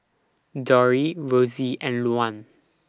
Dori Rossie and Luann